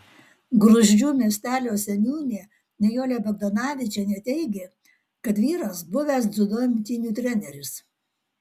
gruzdžių miestelio seniūnė nijolė bagdonavičienė teigė kad vyras buvęs dziudo imtynių treneris